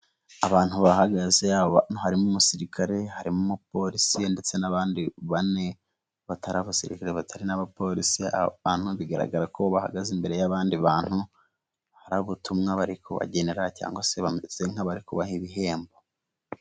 Abantu bahagaze harimo umusirikare, harimo polisi ndetse n'abandi bane batari abasirikare batari n'abapolisi, aba bantu bigaragara ko bahagaze imbere y'abandi bantu hari ubutumwa bari kubagendera cyangwa se bameze nk'abari kubaha ibihembo.